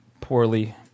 poorly